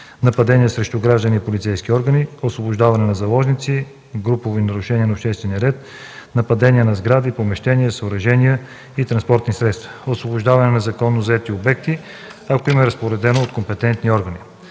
нападение срещу граждани и полицейски органи; освобождаване на заложници; групови нарушения на обществения ред; нападения на сгради, помещения, съоръжения и транспортни средства; освобождаване на незаконно заети обекти, ако им е разпоредено от компетентния орган.